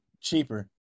Cheaper